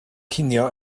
cinio